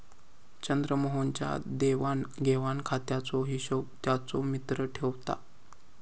चंद्रमोहन च्या देवाण घेवाण खात्याचो हिशोब त्याचो मित्र ठेवता